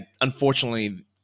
unfortunately